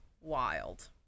wild